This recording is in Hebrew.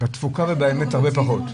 בתפוקה ובאמת זה הרבה פחות.